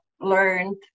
learned